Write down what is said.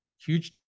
Huge